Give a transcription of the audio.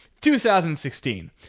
2016